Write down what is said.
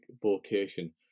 vocation